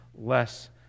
less